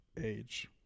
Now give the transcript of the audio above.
age